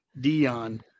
Dion